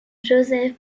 joseph